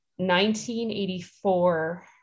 1984